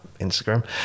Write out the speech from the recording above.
Instagram